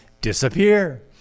disappear